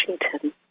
Washington